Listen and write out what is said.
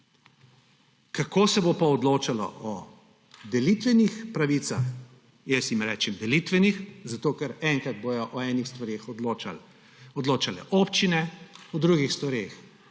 Kako se bo pa odločalo o delitvenih pravicah, jaz jim rečem delitvenih, zato ker enkrat bodo o enih stvareh odločale občine, o drugih stvareh